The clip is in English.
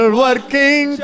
working